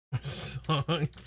Song